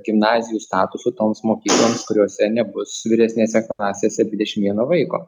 gimnazijų statuso toms mokykloms kuriose nebus vyresnėse klasėse dvidešim vieno vaiko